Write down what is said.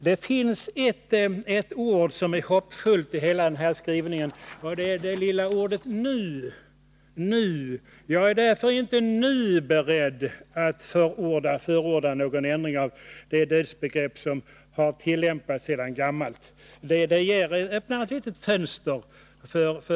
Det finns emellertid ett ord i hela den här skrivningen som är hoppfullt, och det är det lilla ordet ”nu”: ”Jag är därför inte nu beredd att förorda någon ändring av det dödsbegrepp som har tillämpats sedan gammalt.” Det öppnar för en klok människa ett litet fönster.